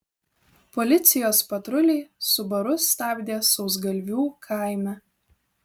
policijos patruliai subaru stabdė sausgalvių kaime